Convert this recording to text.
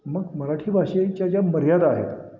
मग मराठी भाषेच्या ज्या मर्यादा आहेत